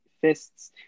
fists